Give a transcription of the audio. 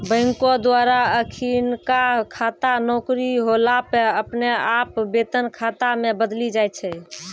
बैंको द्वारा अखिनका खाता नौकरी होला पे अपने आप वेतन खाता मे बदली जाय छै